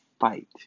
fight